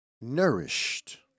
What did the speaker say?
nourished